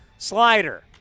Slider